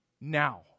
now